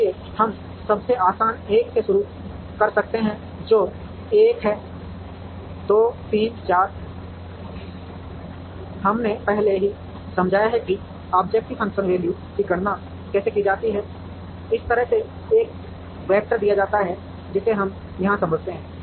इसलिए हम सबसे आसान 1 से शुरू कर सकते हैं जो 1 है 2 3 4 हमने पहले ही समझाया है कि ऑब्जेक्टिव फंक्शन वैल्यू की गणना कैसे की जाती है इस तरह से एक वेक्टर दिया जाता है जिसे हम यहाँ समझाते हैं